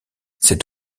cet